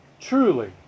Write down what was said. truly